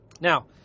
Now